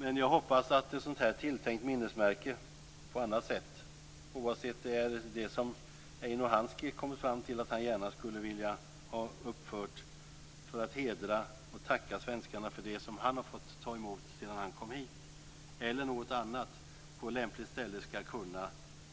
Men jag hoppas att ett sådant här tilltänkt minnesmärke på annat sätt, oavsett om det är det som Eino Hanski har kommit fram till att han gärna skulle vilja ha uppfört för att hedra och tacka svenskarna för det som han har fått ta emot sedan han kom hit eller något annat, på lämpligt ställe skall kunna